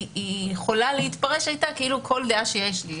יכולה להתפרש כאילו כל דעה שיש לי,